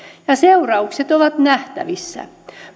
seuraukset ovat nähtävissä